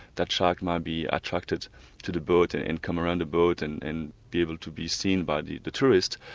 that shark might be attracted to the boat and and come around the boat and and be able to be seen by the the tourists.